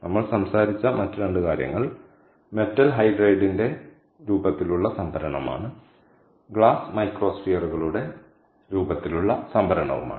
നമ്മൾ സംസാരിച്ച മറ്റ് രണ്ട് കാര്യങ്ങൾ മെറ്റൽ ഹൈഡ്രൈഡിന്റെ ആ രൂപത്തിലുള്ള സംഭരണമാണ് ഗ്ലാസ് മൈക്രോസ്ഫിയറുകളുടെ രൂപത്തിലുള്ള സംഭരണമാണ്